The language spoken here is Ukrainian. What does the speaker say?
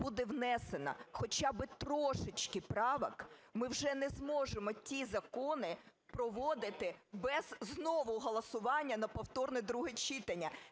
буде внесена хоча би трошечки правок, ми вже не зможемо ті закони проводити без знову голосування на повторне друге читання,